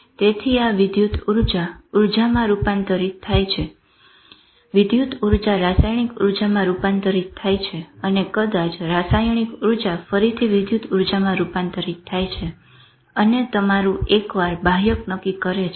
તેથી આ ઉર્જા વિદ્યુત ઉર્જામાં રૂપાંતરિત થાય છે વિદ્યુત ઉર્જા રસાયણિક ઉર્જામાં રૂપાંતરિત થાય છે અને કદાચ રસાયણિક ઉર્જા ફરીથી વિદ્યુત ઉર્જામાં રૂપાંતરિત થાય છે અને તમારું એકવાર બાહ્યક નક્કી કરે છે